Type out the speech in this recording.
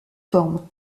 forme